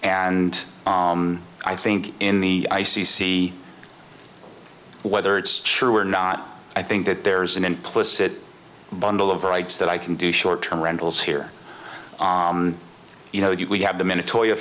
and i think in the i c c whether it's true or not i think that there's an implicit bundle of rights that i can do short term rentals here you know we have the minatory a